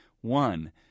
One